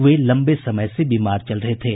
वे लम्बे समय से बीमार चल रहे थे